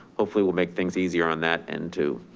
hopefully will make things easier on that end too,